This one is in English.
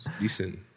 decent